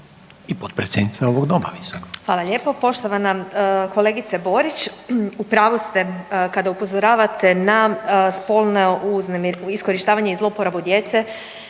i potpredsjednica ovog doma